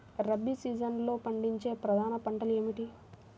రబీ సీజన్లో పండించే ప్రధాన పంటలు ఏమిటీ?